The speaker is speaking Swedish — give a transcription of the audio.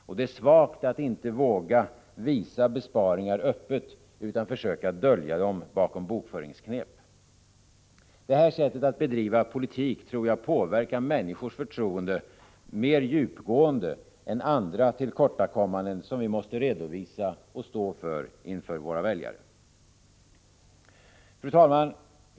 Och det är svagt att inte våga visa besparingar öppet utan försöka dölja dem bakom bokföringsknep. Det här sättet att bedriva politik tror jag påverkar människors förtroende mer djupgående än andra tillkortakommanden som vi måste redovisa och stå för inför våra väljare. Fru talman!